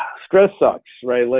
stress sucks, right? like